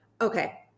Okay